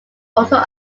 also